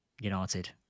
United